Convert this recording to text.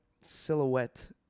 silhouette